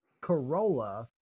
Corolla